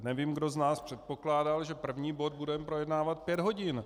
Nevím, kdo z nás předpokládal, že první bod budeme projednávat pět hodin.